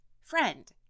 friend